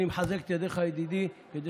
אני מחזק את ידיך, ידידי, כדי